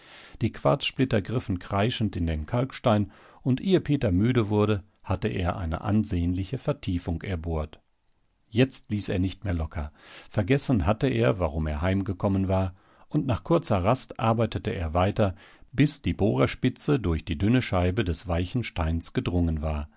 die quarzsplitter griffen kreischend in den kalkstein und ehe peter müde wurde hatte er eine ansehnliche vertiefung erbohrt jetzt ließ er nicht mehr locker vergessen hatte er warum er heimgekommen war und nach kurzer rast arbeitete er weiter bis die bohrerspitze durch die dünne scheibe des weichen steins gedrungen war